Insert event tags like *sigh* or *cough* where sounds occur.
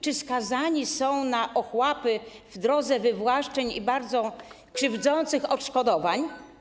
Czy skazani są na ochłapy w drodze wywłaszczeń i bardzo *noise* krzywdzących odszkodowań?